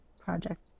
project